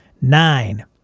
Nine